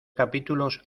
capítulos